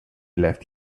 left